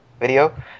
video